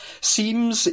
seems